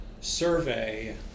survey